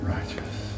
righteous